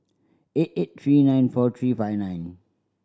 eight eight three nine four three five nine